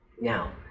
Now